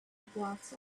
blots